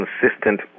consistent